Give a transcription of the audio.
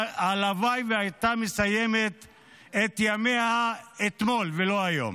שהלוואי שהייתה מסיימת את ימיה אתמול ולא היום.